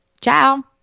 Ciao